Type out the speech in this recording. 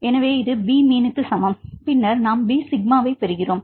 எனவே இது P mean க்கு சமம் பின்னர் நாம் பி சிக்மாவைப் பெறுகிறோம்